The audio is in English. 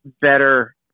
better